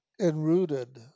enrooted